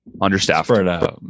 understaffed